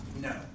No